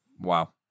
Wow